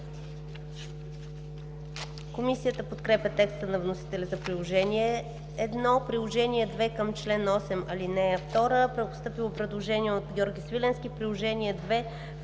Комисията подкрепя текста на вносителя за приложение